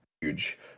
huge